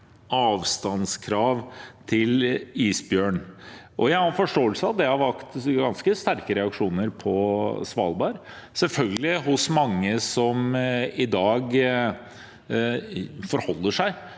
avstandskrav til isbjørn. Jeg har forståelse for at det har vakt ganske sterke reaksjoner på Svalbard, selvfølgelig hos mange som i dag forholder seg